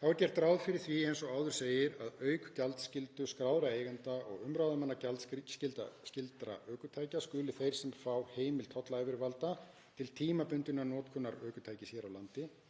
Þá er gert ráð fyrir því, eins og áður segir, að auk gjaldskyldu skráðra eigenda og umráðamanna gjaldskyldra ökutækja skuli þeir sem fá heimild tollyfirvalda til tímabundinnar notkunar ökutækis hér á landi,